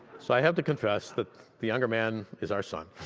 so i have to confess that the younger man is our son.